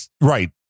Right